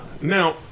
now